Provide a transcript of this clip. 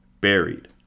buried